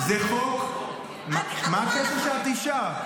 מה הקשר שאת אישה?